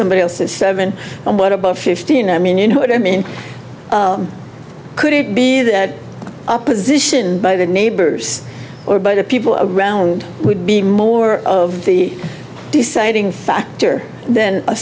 omebody else is seven what about fifteen i mean you know what i mean could it be the opposition by the neighbors or by the people around would be more of the deciding factor then a